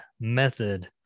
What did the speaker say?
method